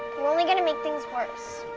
only gonna make things worse.